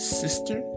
sister